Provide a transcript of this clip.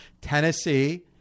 Tennessee